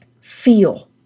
feel